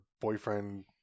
boyfriend